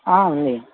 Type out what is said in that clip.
ఉంది